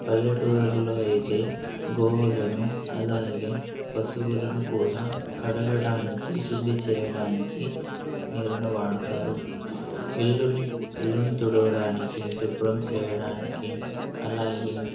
పల్లెటూరులో అయితే గోవులను అలాగే పశువులను కూడా కడగడానికి శుద్ధి చేయడానికి నీరుని వాడుతారు ఇల్లుని ఇల్లుని తుడవడానికి శుభ్రం చేయడానికి అలాగే